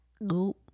no